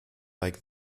like